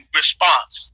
response